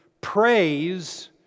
praise